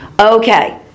okay